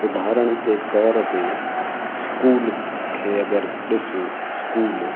उदाहरण जे तौर ते स्कूल खे अगरि ॾिसूं स्कूल